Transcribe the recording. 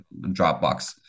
Dropbox